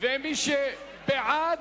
ומי שבעד,